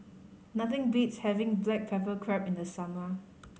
nothing beats having black pepper crab in the summer